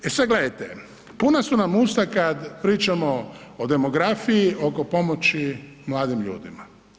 E sad gledajte, puna su nam usta kada pričamo o demografiji, oko pomoći mladim ljudima.